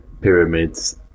pyramids